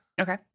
Okay